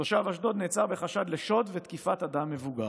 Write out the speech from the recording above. תושב אשדוד נעצר בחשד לשוד ותקיפת אדם מבוגר.